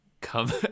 come